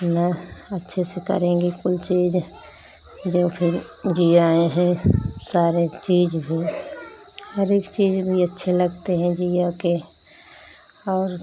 नह अच्छे से करेंगे कुल चीज़ जो फिर जियाए हैं सारे चीज़ भी हर एक चीज़ भी अच्छे लगते हैं जिया कर और